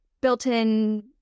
built-in